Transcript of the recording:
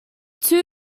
two